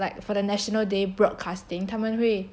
like for the national day broadcasting 他们会